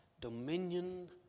dominion